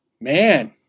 man